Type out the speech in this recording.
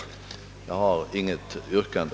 Jag har inget yrkande.